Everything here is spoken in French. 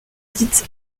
dite